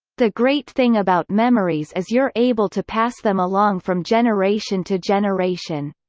the great thing about memories is you're able to pass them along from generation to generation.